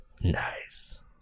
nice